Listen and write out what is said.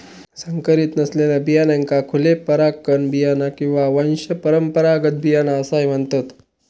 संकरीत नसलेल्या बियाण्यांका खुले परागकण बियाणा किंवा वंशपरंपरागत बियाणा असाही म्हणतत